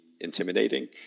intimidating